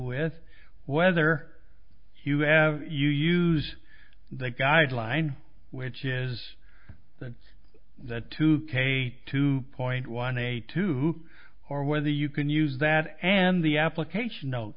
with whether you have you use the guideline which is that the two k two point one eight two or when the you can use that and the application note